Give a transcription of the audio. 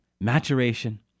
maturation